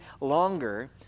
longer